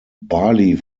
bali